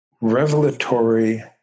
revelatory